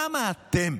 למה אתם